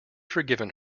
forgiven